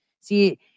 See